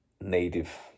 native